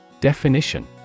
Definition